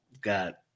got